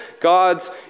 God's